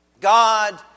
God